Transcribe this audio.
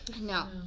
No